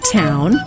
town